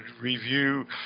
review